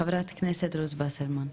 חה"כ רות וסרמן.